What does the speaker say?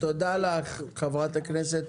תודה לך, חברת הכנסת